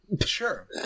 Sure